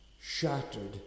shattered